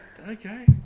okay